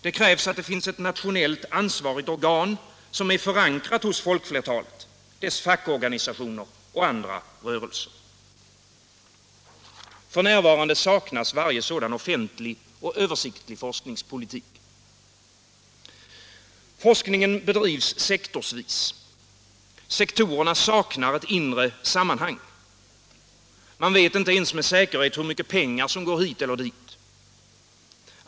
Det krävs att det finns ett nationellt ansvarigt organ förankrat hos folkflertalet, dess fackorganisationer och andra rörelser. F.n. saknas varje sådan offentlig och översiktlig forskningspolitik. Forskningen bedrivs sektorsvis. Sektorerna saknar inre sammanhang. Man vet inte ens med säkerhet hur mycket pengar som går hit eller dit.